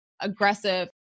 aggressive